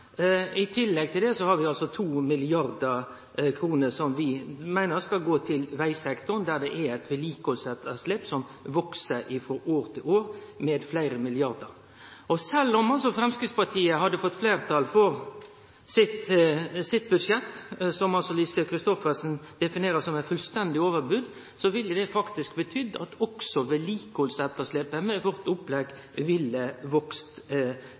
I tillegg til dette har vi altså 2 mrd. kr som vi meiner skal gå til vegsektoren, der det er eit vedlikehaldsetterslep som veks med fleire milliardar frå år til år. Sjølv om Framstegspartiet hadde fått fleirtal for sitt budsjett – noko Lise Christoffersen definerer som eit fullstendig overbod – ville det betydd at også vedlikehaldsetterslepet med vårt opplegg ville